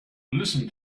listen